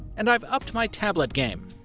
and i've upped my tablet game,